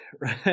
right